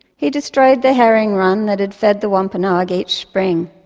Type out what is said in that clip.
he destroyed the herring run that had fed the wampanoag each spring,